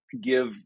give